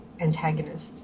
antagonist